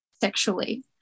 sexually